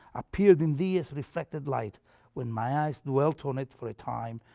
appeared in thee as reflected light when my eyes dwelt on it for a time,